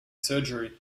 surgery